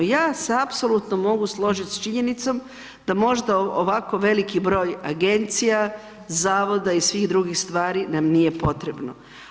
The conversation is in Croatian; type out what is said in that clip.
Ja se apsolutno mogu složit s činjenicom da možda ovako veliki broj agencija, zavoda i svih drugih stvari nam nije potrebno.